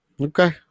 Okay